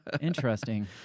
Interesting